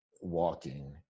walking